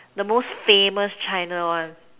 the most famous China one